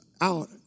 out